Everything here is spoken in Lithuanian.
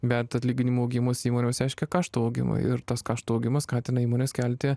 bet atlyginimų augimas įmonėms reiškia kaštų augimą ir tas kaštų augimas skatina įmones kelti